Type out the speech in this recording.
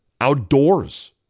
outdoors